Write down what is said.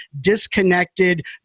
disconnected